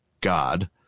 God